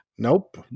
Nope